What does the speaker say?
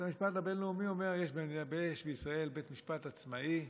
בית המשפט הבין-לאומי אומר: יש בישראל בית משפט עצמאי,